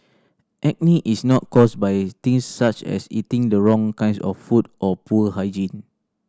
acne is not caused by things such as eating the wrong kinds of food or poor hygiene